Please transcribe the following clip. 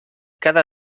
cada